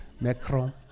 Macron